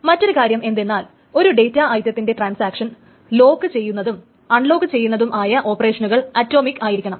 മറ്റൊരു കാര്യം എന്തെന്നാൽ ഒരു ഡേറ്റ ഐറ്റത്തിന്റെ ട്രാൻസാക്ഷൻ ലോക്കു ചെയ്യുന്നതും അൺലോക്ക് ചെയ്യുന്നതുമായ ഓപ്പറേഷനുകൾ അറ്റോമിക് ആയിരിക്കണം